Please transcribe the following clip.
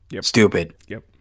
stupid